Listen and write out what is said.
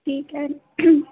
ٹھیک ہے